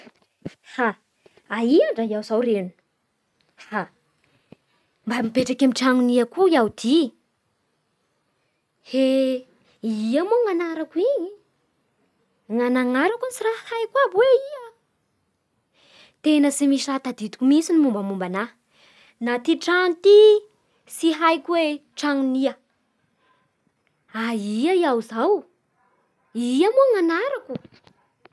Ha aia andra aho zaho regny? Ha mba mipetraky amin'ny tranon'ia koa aho ty? Hee, ia moa ny anarako igny? Na ny anarako agny tsy raha haiko aby hoe ia. Tena tsy misy raha tadidiko mihintsy ny mombamomba anahy. Na ty trano ity tsy haiko hoe tranon'ia. Aia aho zao? Ia moa ny anarako?